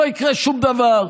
לא יקרה שום דבר.